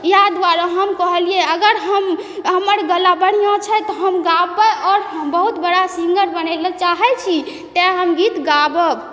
इएह दुआरे हम कहलियइ अगर हम हमर गला बढ़िआँ छै तऽ हम गाबबय आओर बहुत बड़ा सिंगर बनैला चाहै छी तेँ हम गीत गाबब